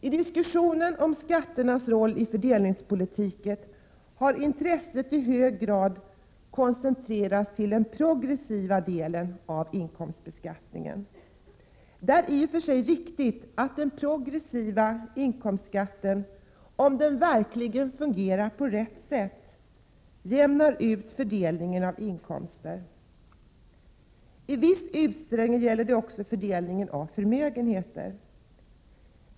I diskussionen om skatternas roll i fördelningspolitiken har intresset i hög grad koncentrerats till den progressiva delen av inkomstbeskattningen. Det är i och för sig riktigt att den progressiva inkomstskatten — om den verkligen fungerar på rätt sätt — jämnar ut fördelningen av inkomster. I viss utsträckning gäller det också fördelningen av förmögenheter.